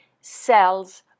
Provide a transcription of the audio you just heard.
cells